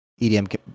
EDM